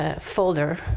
Folder